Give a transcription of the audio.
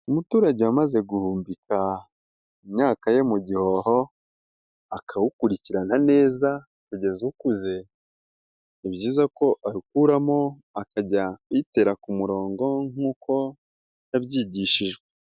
Umuturage wamaze guhumbika imyaka ye mu gihoho akawukurikirana neza kugeza ukuze, ni byiza ko arukuramo akajya kuyitera ku murongo nk'uko yabyigishijwe.